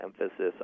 emphasis